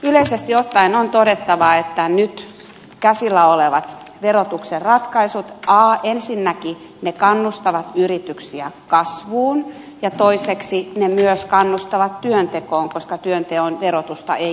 yleisesti ottaen on todettava että nyt käsillä olevat verotuksen ratkaisut ensinnäkin kannustavat yrityksiä kasvuun ja toisekseen ne myös kannustavat työntekoon koska työnteon verotusta ei kiristetä